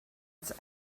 its